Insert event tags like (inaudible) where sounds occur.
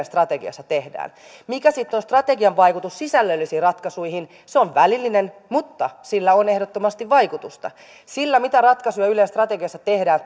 (unintelligible) strategiassa tehdään mikä sitten on strategian vaikutus sisällöllisiin ratkaisuihin se on välillinen mutta sillä on ehdottomasti vaikutusta sillä mitä ratkaisuja ylen strategiassa tehdään (unintelligible)